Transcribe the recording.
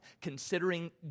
Considering